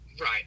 Right